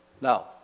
Now